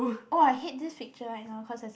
oh I hate this picture right now cause there's a